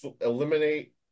eliminate